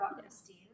Christine